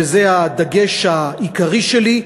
וזה הדגש העיקרי שלי,